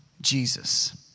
Jesus